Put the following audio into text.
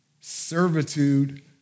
Servitude